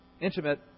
intimate